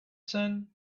sun